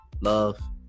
love